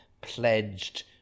pledged